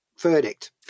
verdict